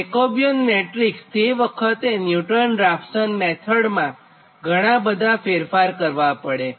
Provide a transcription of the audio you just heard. Jacobian matrix માટે તે વખતે ન્યુટન રાપ્સન મેથડમાં ઘણાં બધાં ફેરફાર કરવા પડે